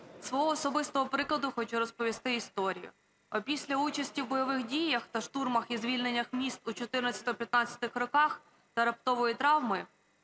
свого особистого прикладу хочу розповісти історію. Після участі у бойових діях та штурмах і звільненнях міст у 2014-2015 роках та раптової травми